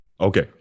Okay